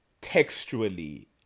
textually